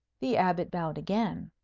the abbot bowed again.